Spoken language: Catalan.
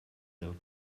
del